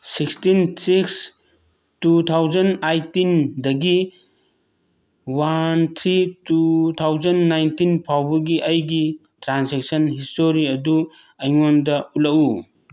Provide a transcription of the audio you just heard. sixteen six two thousand ꯑꯩꯠꯇꯤꯟꯗꯒꯤ one three two thousand nineteen ꯐꯥꯎꯕꯒꯤ ꯑꯩꯒꯤ ꯇ꯭ꯔꯥꯟꯁꯦꯛꯁꯟ ꯍꯤꯁꯇꯣꯔꯤ ꯑꯗꯨ ꯑꯩꯉꯣꯟꯗ ꯎꯠꯂꯛꯎ